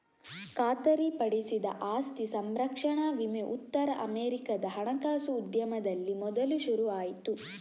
ಖಾತರಿಪಡಿಸಿದ ಆಸ್ತಿ ಸಂರಕ್ಷಣಾ ವಿಮೆ ಉತ್ತರ ಅಮೆರಿಕಾದ ಹಣಕಾಸು ಉದ್ಯಮದಲ್ಲಿ ಮೊದಲು ಶುರು ಆಯ್ತು